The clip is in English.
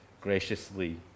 graciously